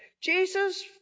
Jesus